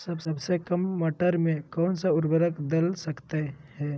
सबसे काम मटर में कौन सा ऊर्वरक दल सकते हैं?